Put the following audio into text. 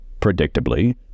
predictably